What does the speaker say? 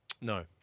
No